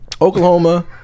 Oklahoma